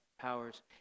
powers